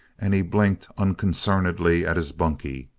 and he blinked unconcernedly at his bunkie.